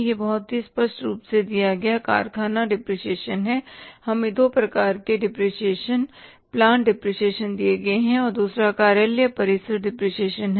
यह बहुत स्पष्ट रूप से दिया गया कारखाना डिप्रेशिएशन है हमें दो प्रकार के डिप्रेशिएशन प्लांट डिप्रेशिएशन दिए गए हैं और दूसरा कार्यालय परिसर डिप्रेशिएशन है